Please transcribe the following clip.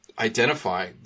Identify